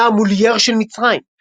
כונה ה"מולייר של מצרים".